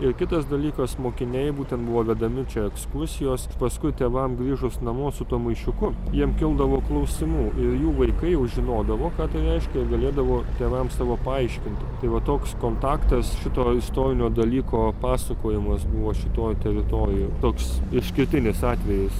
ir kitas dalykas mokiniai būtent buvo vedami čia ekskursijos paskui tėvam grįžus namo su tuo maišiuku jiem kildavo klausimų ir jų vaikai jau žinodavo ką tai reiškia ir galėdavo tėvam savo paaiškinti tai va toks kontaktas šito istorinio dalyko pasakojimas buvo šitoj teritorijoj toks išskirtinis atvejis